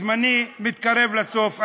זמני מתקרב לסוף.